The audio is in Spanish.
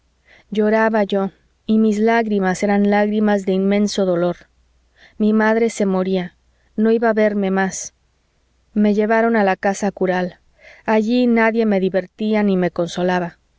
lloraba yo y mis lágrimas eran lágrimas de inmenso dolor mi madre se moría no había de verme más me llevaron a la casa cural allí nada me divertía ni me consolaba